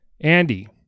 Andy